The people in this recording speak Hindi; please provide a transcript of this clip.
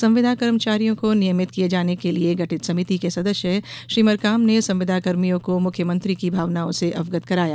संविदा कर्मचारियों को नियमित किये जाने के लिए गठित समिति के सदस्य श्री मरकाम ने संविदा कर्मियों को मुख्यमंत्री की भावनाओं से अवगत कराया